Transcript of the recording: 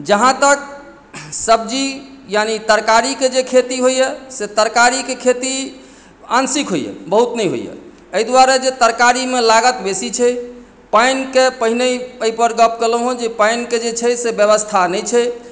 जहाँ तक सब्जी यानि तरकारीके जे खेती होइए से तरकारीके खेती आँशिक होइए बहुत नहि होइए एहि दुआरे जे तरकारीमे लागत बेसी छै पानिके पहिने एहिपर गप्प केलहुँ हेँ जे पानिके जे छै से व्यवस्था नहि छै